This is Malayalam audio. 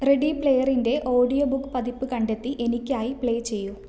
റെഡി പ്ലെയറിൻ്റെ ഓഡിയോ ബുക്ക് പതിപ്പ് കണ്ടെത്തി എനിക്കായി പ്ലേ ചെയ്യൂ